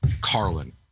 Carlin